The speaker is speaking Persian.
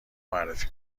معرفی